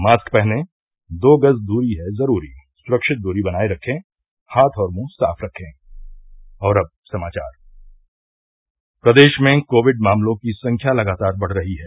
mask पहनें दो गज दूरी है जरूरी सुरक्षित दूरी बनाये रखे हाथ और मुंह साफ रखें प्रदेश में कोविड मामलों की संख्या लगातार बढ़ रही है